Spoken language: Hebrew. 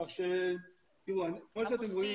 כמו שאתם רואים,